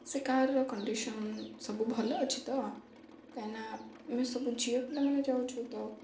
ସେ କାର୍ର କଣ୍ଡିସନ୍ ସବୁ ଭଲ ଅଛି ତ କାଇଁନା ଆମେ ସବୁ ଝିଅ ପିଲାମାନେ ଯାଉଛୁ ତ